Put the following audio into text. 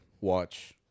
watch